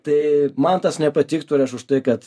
tai man tas nepatiktų ir aš už tai kad